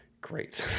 great